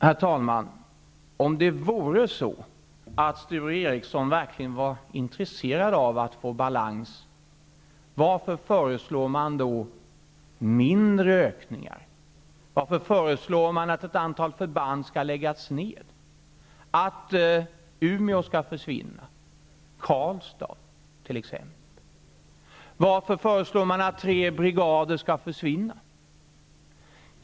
Herr talman! Om det vore så att Sture Ericson verkligen var intresserad av att få balans, varför föreslår man då mindre ökningar? Varför föreslår man att ett antal förband skall läggas ned, t.ex. i Umeå och i Karlstad? Varför föreslår man att tre brigader skall försvinna?